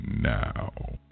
now